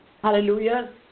Hallelujah